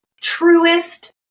truest